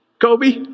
Kobe